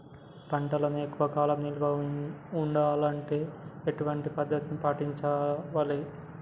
పంటలను ఎక్కువ కాలం నిల్వ ఉండాలంటే ఎటువంటి పద్ధతిని పాటించాలే?